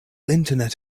internet